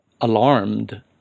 alarmed